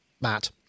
Matt